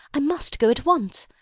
i must go at once.